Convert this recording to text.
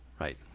Right